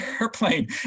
airplane